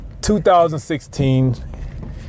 2016